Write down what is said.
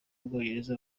ubwongereza